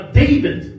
david